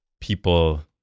people